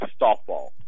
softball